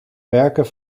werken